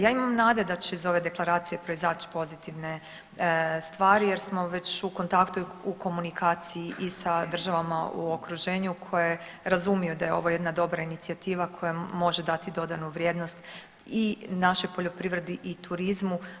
Ja imam nade da će iz ove deklaracije proizaći pozitivne stvari, jer smo već u kontaktu i u komunikaciji i sa državama u okruženju koje razumiju da je ovo jedna dobra inicijativa koja može dati dodanu vrijednost i našoj poljoprivredi i turizmu.